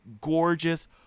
gorgeous